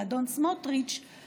האדון סמוטריץ':